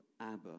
Abba